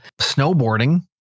snowboarding